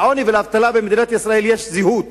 לעוני ולאבטלה במדינת ישראל יש זהות